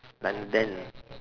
london